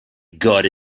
god